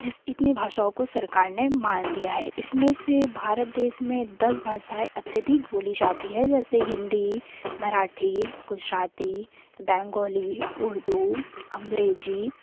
जिस इतनी भाषाओं को सरकार ने मान्य दिया है इसमें से भारत देश में दस भाषाएँ अत्यधिक बोली जाती है जैसे हिंदी मराठी गुजराती बेंगॉली उर्दू अंग्रेज़ी